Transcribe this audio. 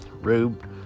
Rube